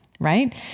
right